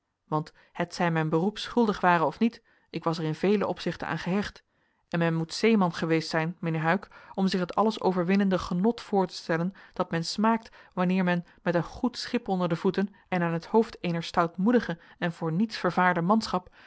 want hetzij mijn beroep schuldig ware of niet ik was er in vele opzichten aan gehecht en men moet zeeman geweest zijn mijnheer huyck om zich het alles overwinnende genot voor te stellen dat men smaakt wanneer men met een goed schip onder de voeten en aan t hoofd eener stoutmoedige en voor niets vervaarde manschap